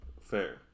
Fair